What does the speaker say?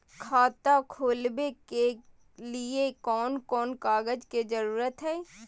खाता खोलवे के लिए कौन कौन कागज के जरूरत है?